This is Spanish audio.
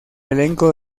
elenco